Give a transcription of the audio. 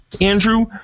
andrew